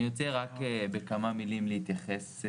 נושא המאצ'ינג שהוא מאוד חשוב,